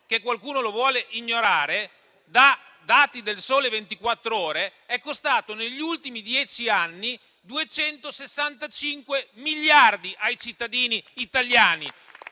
che qualcuno lo vuole ignorare, secondo dati del «Sole 24 ore» è costato negli ultimi dieci anni 265 miliardi ai cittadini italiani.